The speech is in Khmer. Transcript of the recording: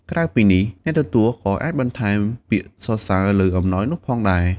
ក្រៅពីនេះ អ្នកទទួលក៏អាចបន្ថែមពាក្យសរសើរទៅលើអំណោយនោះផងដែរ។